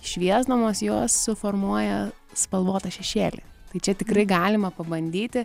šviesdamos jos suformuoja spalvotą šešėlį tai čia tikrai galima pabandyti